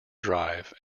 drive